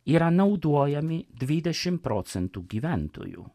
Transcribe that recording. yra naudojami dvidešim procentų gyventojų